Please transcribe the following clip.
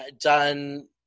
done